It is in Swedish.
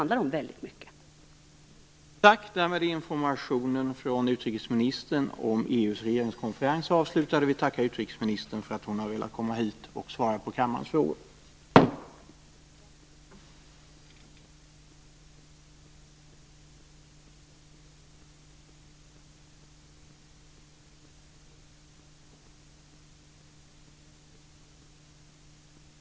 Det är väldigt mycket det frågan handlar om.